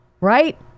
Right